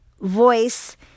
voice